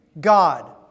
God